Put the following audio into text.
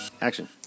Action